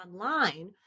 online